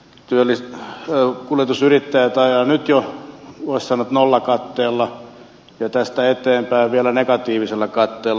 kuljetusyrittäjät ajavat nyt jo voisi sanoa nollakatteella ja tästä eteenpäin vielä negatiivisella katteella